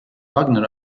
wagner